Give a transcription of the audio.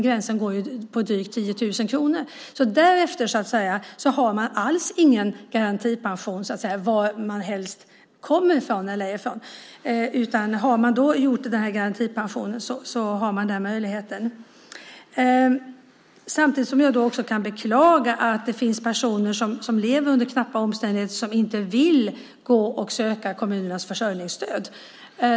Gränsen går vid drygt 10 000 kronor. Därefter har man alls ingen garantipension, varhelst man än kommer ifrån. Samtidigt kan jag också beklaga att det finns personer som lever under knappa omständigheter som inte vill gå och söka kommunens försörjningsstöd.